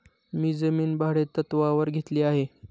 मी जमीन भाडेतत्त्वावर घेतली आहे